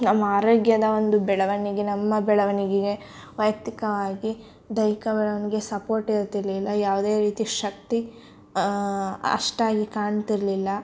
ನಮ್ಮ ಆರೋಗ್ಯದ ಒಂದು ಬೆಳವಣಿಗೆ ನಮ್ಮ ಬೆಳವಣಿಗೆಗೆ ವೈಯಕ್ತಿಕವಾಗಿ ದೈಹಿಕ ಬೆಳವಣಿಗೆ ಸಪೋರ್ಟ್ ಇರ್ತಿರಲಿಲ್ಲ ಯಾವುದೇ ರೀತಿ ಶಕ್ತಿ ಅಷ್ಟಾಗಿ ಕಾಣ್ತಿರಲಿಲ್ಲ